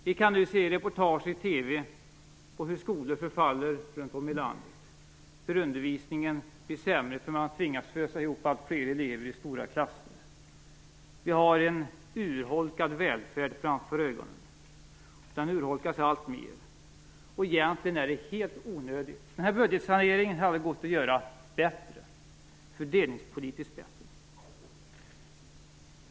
Vi kan nu se reportage på TV om hur skolor förfaller runt om i landet, hur undervisningen blir sämre när man tvingas fösa ihop allt fler elever i stora klasser. Vi har en urholkad välfärd framför ögonen. Den urholkas allt mer. Egentligen är det helt onödigt. Den här budgetsaneringen hade gått att göra fördelningspolitiskt bättre.